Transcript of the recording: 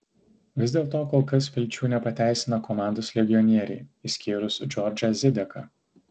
vis dėlto kol kas vilčių nepateisina komandos legionieriai išskyrus džordžą zideką